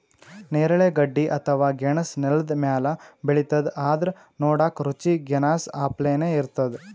ನೇರಳೆ ಗಡ್ಡಿ ಅಥವಾ ಗೆಣಸ್ ನೆಲ್ದ ಮ್ಯಾಲ್ ಬೆಳಿತದ್ ಆದ್ರ್ ನೋಡಕ್ಕ್ ರುಚಿ ಗೆನಾಸ್ ಅಪ್ಲೆನೇ ಇರ್ತದ್